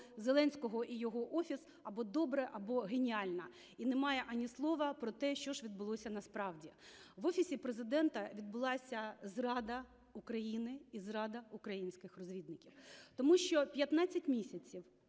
Зеленського і його Офіс або добре, або геніально, і немає ані слова про те, що ж відбулося насправді. В Офісі Президента відбулася зрада України і зрада українських розвідників. Тому що 15 місяців